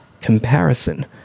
Comparison